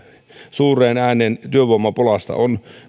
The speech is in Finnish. suureen ääneen työvoimapulasta